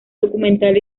documental